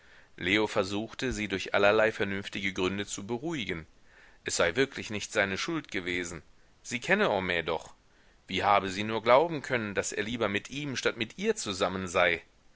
leo versuchte sie durch allerlei vernünftige gründe zu beruhigen es sei wirklich nicht seine schuld gewesen sie kenne homais doch wie habe sie nur glauben können daß er lieber mit ihm statt mit ihr zusammen sei